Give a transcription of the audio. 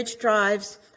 drives